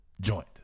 joint